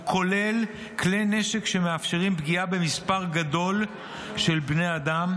הוא כולל כלי נשק שמאפשרים פגיעה במספר גדול של בני אדם,